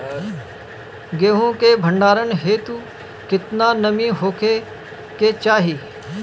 गेहूं के भंडारन हेतू कितना नमी होखे के चाहि?